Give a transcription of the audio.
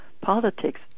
Politics